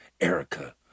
Erica